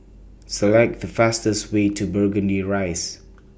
Select The fastest Way to Burgundy Rise